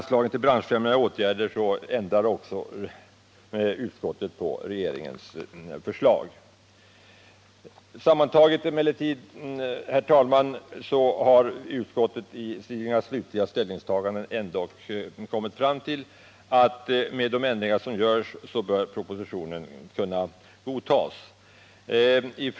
Sammantaget har utskottet kommit fram till att med de ändringar som föreslås bör propositionen kunna godtas.